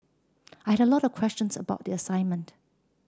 I had a lot of questions about the assignment